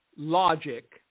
logic